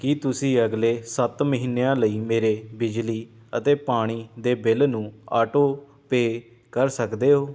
ਕੀ ਤੁਸੀਂਂ ਅਗਲੇ ਸੱਤ ਮਹੀਨਿਆਂ ਲਈ ਮੇਰੇ ਬਿਜਲੀ ਅਤੇ ਪਾਣੀ ਦੇ ਬਿੱਲ ਨੂੰ ਆਟੋ ਪੇ ਕਰ ਸਕਦੇ ਹੋ